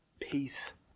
peace